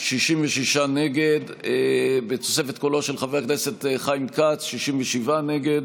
נכון שיש כאלה שכינו אותו שבדי ויש כאלה שכינו אותו נורבגי,